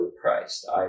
priced